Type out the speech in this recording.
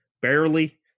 barely